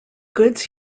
goods